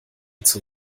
zur